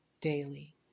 daily